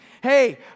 Hey